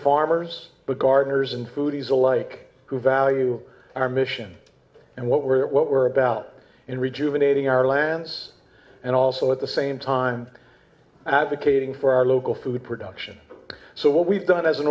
farmers but gardeners and foodies alike who value our mission and what we're what we're about in rejuvenating our lands and also at the same time advocating for our local food production so what we've done as an